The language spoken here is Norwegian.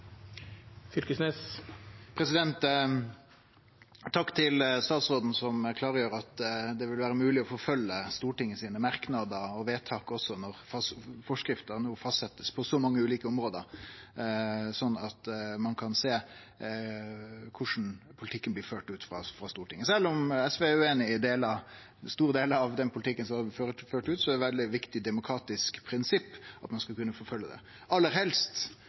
Takk til statsråden, som klargjer at det vil vere mogleg å forfølgje Stortingets merknadar og vedtak, også når forskrifta no blir fastsett, på så mange ulike område, sånn at ein kan sjå korleis politikken blir ført frå Stortinget. Sjølv om SV er ueinig i store delar av den politikken som blir ført, er det eit veldig viktig demokratisk prinsipp at ein skal kunne forfølgje det. Aller helst,